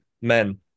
Men